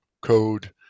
code